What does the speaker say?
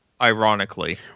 Ironically